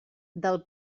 del